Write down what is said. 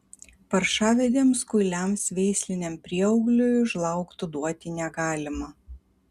paršavedėms kuiliams veisliniam prieaugliui žlaugtų duoti negalima